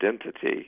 identity